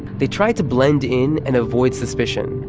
they tried to blend in and avoid suspicion.